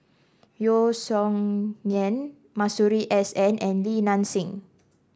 Yeo Song Nian Masuri S N and Li Nanxing